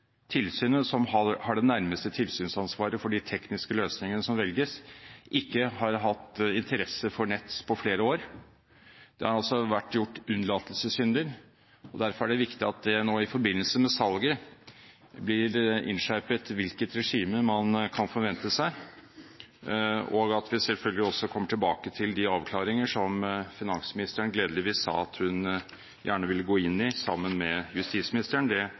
tilsynet, som har det nærmeste tilsynsansvaret for de tekniske løsningene som velges, ikke har hatt interesse for Nets på flere år. Det har vært unnlatelsessynder, og derfor er det viktig at det i forbindelse med salget blir innskjerpet hvilket regime man kan forvente seg, og at vi selvfølgelig også kommer tilbake til de avklaringer som finansministeren gledeligvis sa at hun gjerne ville gå inn i sammen med justisministeren.